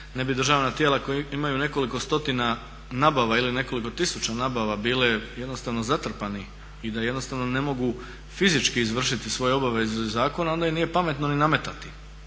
ne bi državna tijela koja imaju nekoliko stotina nabava ili nekoliko tisuća nabava bile jednostavno zatrpani i da jednostavno ne mogu fizički izvršiti svoje obaveze iz zakona onda im nije pametno ni nametati